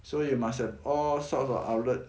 so you must have all sorts of outlet